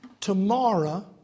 tomorrow